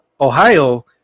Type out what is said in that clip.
Ohio